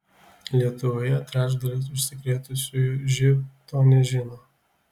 lietuvoje trečdalis užsikrėtusiųjų živ to nežino